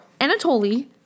Anatoly